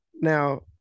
Now